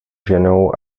ženou